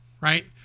right